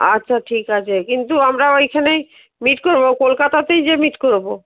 আচ্ছা ঠিক আছে কিন্তু আমরা ওইখানেই মিট করবো কলকাতাতেই যেয়ে মিট করবো